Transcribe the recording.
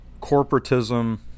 corporatism